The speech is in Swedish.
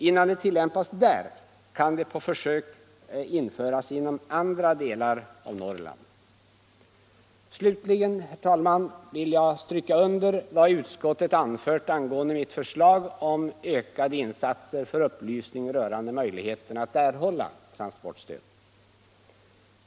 Innan det tillämpas där, kan det på försök införas inom andra delar av Norrland. Slutligen, herr talman, vill jag stryka under vad utskottet anfört angående mitt förslag om ökade insatser för upplysning rörande möjligheterna att erhålla transportstöd.